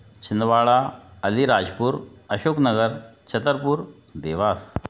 Chhindwara Alirajpur Ashok Nagar Chhatarpur Dewas